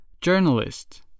Journalist